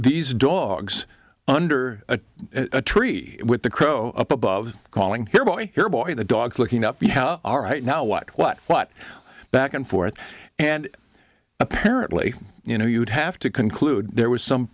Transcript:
these dogs under a tree with the crow up above calling here boy here boy the dog looking up to how are right now what what what back and forth and apparently you know you'd have to conclude there was some